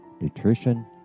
nutrition